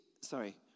Sorry